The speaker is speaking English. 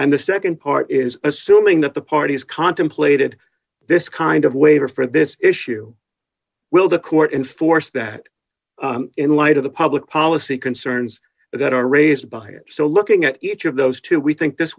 and the nd part is assuming that the parties contemplated this kind of waiver for this issue will the court enforce that in light of the public policy concerns that are raised by so looking at each of those two we think this